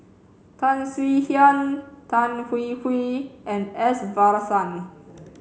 Tan Swie Hian Tan Hwee Hwee and S Varathan